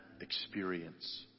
experience